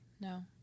No